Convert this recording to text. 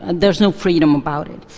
and there is no freedom about it.